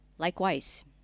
Likewise